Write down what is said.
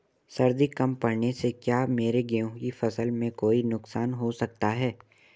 सर्दी कम पड़ने से क्या मेरे गेहूँ की फसल में कोई नुकसान हो सकता है?